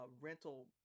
rental